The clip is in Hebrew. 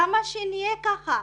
למה שנהיה כך?